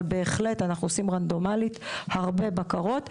אבל בהחלט אנחנו עושים רנדומלית הרבה בקרות,